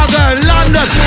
London